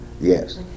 Yes